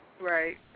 right